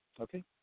Okay